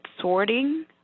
sorting